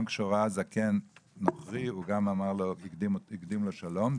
גם כשהוא ראה זקן נוכרי הוא גם הקדים לו שלום.